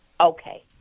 Okay